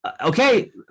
Okay